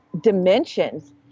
dimensions